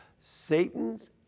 Satan's